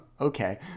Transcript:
okay